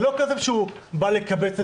זה לא שהוא בא לקבץ נדבות.